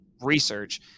research